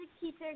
teacher